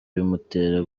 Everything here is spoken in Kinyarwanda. bimutera